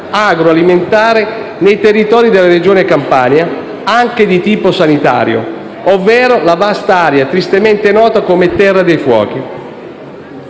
agroalimentare nei territori della Regione Campania, anche di tipo sanitario, ovvero la vasta area tristemente nota come terra dei fuochi.